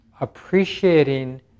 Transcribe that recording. appreciating